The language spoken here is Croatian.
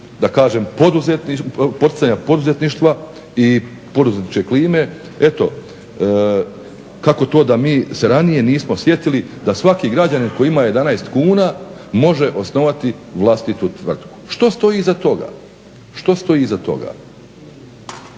poticanja poduzetništva i poduzetničke klime eto kako to da mi se ranije nismo sjetili da svaki građanin koji ima 11 kuna može osnovati vlastitu tvrtku? Što stoji iza toga? Iza toga